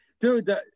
Dude